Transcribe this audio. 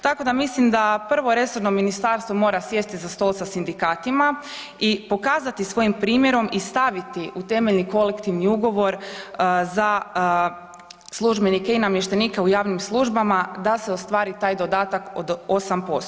Tako da mislim da prvo resorno ministarstvo mora sjesti za stol sa sindikatima i pokazati svojim primjerom i staviti u temeljeni kolektivni ugovor za službenike i namještenike u javnim službama, da se ostvari taj dodatak od 8%